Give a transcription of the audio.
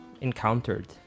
encountered